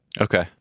Okay